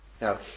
Now